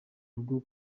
rugo